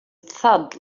thud